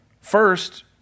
First